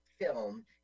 film